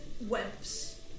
webs